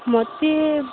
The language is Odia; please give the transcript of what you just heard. ମୋତେ